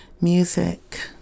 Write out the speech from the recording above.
Music